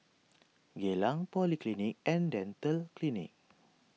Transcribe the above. Geylang Polyclinic and Dental Clinic